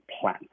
plan